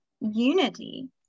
unity